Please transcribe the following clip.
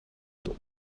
het